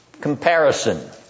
comparison